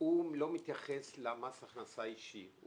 הוא לא מתייחס למס ההכנסה האישי.